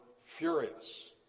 furious